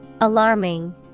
Alarming